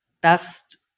best